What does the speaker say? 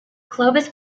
clovis